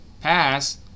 pass